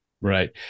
Right